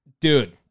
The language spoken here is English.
Dude